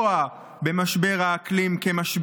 הממשלה הנוכחית כן רואה במשבר האקלים משבר,